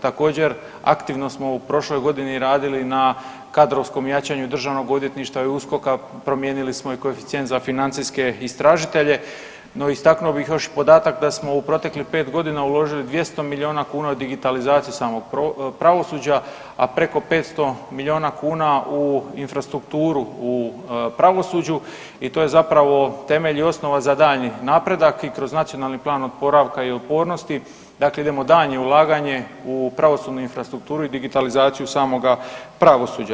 Također, aktivno smo u prošloj godini radili na kadrovskom jačanju Državnog odvjetništva i USKOK-a, promijenili smo i koeficijent za financijske istražitelje, no, istaknuo bih još i podatak da smo u proteklih 5 godina uložili 200 milijuna kuna u digitalizaciju samog pravosuđa, a preko 500 milijuna kuna u infrastrukturu u pravosuđu i to je zapravo temelj i osnova za daljnji napredak i kroz Nacionalni plan oporavka i otpornosti dakle idemo daljnje ulaganje u pravosudnu infrastrukturu i digitalizaciju samoga pravosuđa.